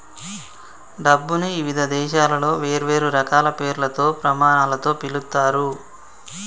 డబ్బుని ఇవిధ దేశాలలో వేర్వేరు రకాల పేర్లతో, ప్రమాణాలతో పిలుత్తారు